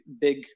big